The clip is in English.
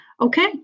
okay